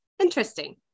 Interesting